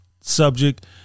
subject